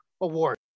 award